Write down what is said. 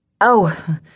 Oh